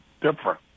different